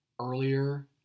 earlier